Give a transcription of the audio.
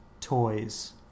toys